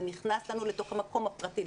זה נכנס לנו לתוך המקום הפרטי,